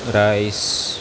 rice